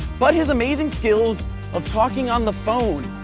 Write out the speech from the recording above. but his amazing skills of talking on the phone.